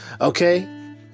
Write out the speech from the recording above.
Okay